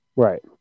Right